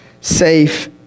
safe